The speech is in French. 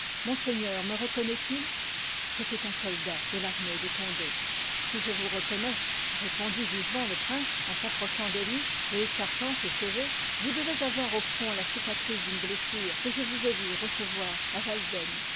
monseigneur me reconnoît il c'étoit un soldat de l'armée de condé si je vous reconnois répondit vivement le prince en s approchant de lui et écartant ses cheveux vous devez avoir au front la cicatrice d'une blessure que je vous ai vu recevoir à